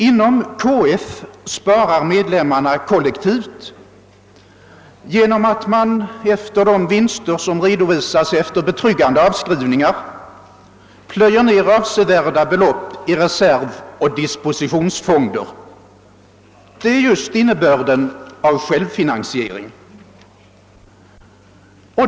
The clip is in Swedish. Inom KF spaar medlemmarna kollektivt genom att man av de vinster som redovisas efter betryggande avskrivningar plöjer ner avsevärda belopp i reservoch dispositionsfonder. Det är just innebörden av självfinansiering.